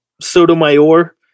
Sotomayor